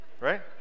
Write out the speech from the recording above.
Right